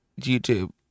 YouTube